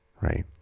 right